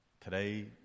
Today